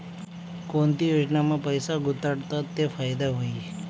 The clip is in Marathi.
कोणती योजनामा पैसा गुताडात ते फायदा व्हई?